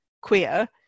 queer